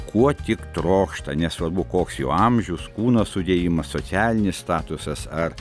kuo tik trokšta nesvarbu koks jų amžius kūno sudėjimas socialinis statusas ar